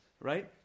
right